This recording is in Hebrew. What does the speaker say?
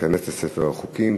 ותיכנס לספר החוקים.